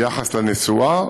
את מספר ההרוגים ביחס לנסועה.